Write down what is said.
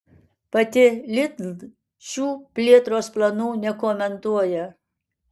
pati lidl šių plėtros planų nekomentuoja